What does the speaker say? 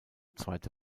zweite